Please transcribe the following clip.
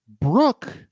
Brooke